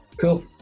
Cool